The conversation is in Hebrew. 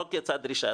לא רק יצאה דרישה.